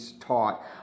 taught